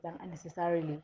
unnecessarily